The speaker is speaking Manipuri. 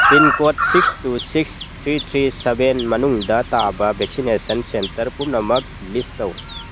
pincode six two six three three seven ꯃꯅꯨꯡꯗ ꯇꯥꯕ ꯚꯦꯛꯁꯤꯅꯦꯁꯟ ꯁꯦꯟꯇꯔ ꯄꯨꯝꯅꯃꯛ ꯂꯤꯁ ꯇꯧ